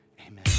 amen